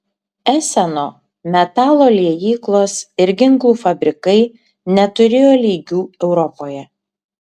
eseno metalo liejyklos ir ginklų fabrikai neturėjo lygių europoje